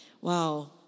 Wow